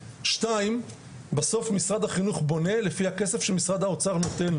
בסוף מה שיקרה זה כמו מה שעלי אמר בבית ג'ן,